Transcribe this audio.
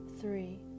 three